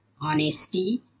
honesty